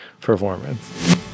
performance